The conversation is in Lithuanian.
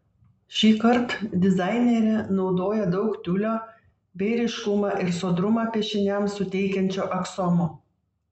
šįkart dizainerė naudoja daug tiulio bei ryškumą ir sodrumą piešiniams suteikiančio aksomo